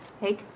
hey